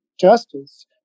justice